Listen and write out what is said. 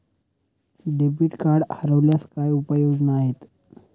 Debit card हरवल्यास काय उपाय योजना आहेत?